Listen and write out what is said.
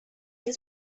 nie